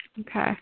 Okay